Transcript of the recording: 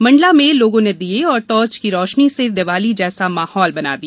मंडला में लोगों ने दीए और टार्च की रोशनी से दीवाली जैसा माहौल बना दिया